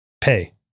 pay